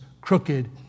crooked